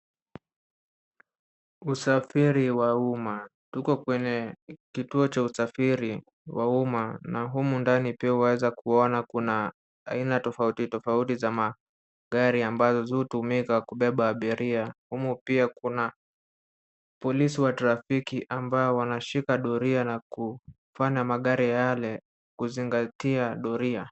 Usafiri wa umma. Tuko kwenye kituo cha usafiri wa umma na humu pia ndani yuweza tunaweza kuona kuna aina tofauti tofauti za magari ambazo zi hutumika kubeba abiria. Humu pia kuna polisi wa trafiki ambao wanashika doria na kufanya magari yale kuzingatia doria.